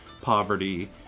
poverty